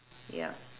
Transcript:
ya